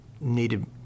needed